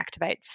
activates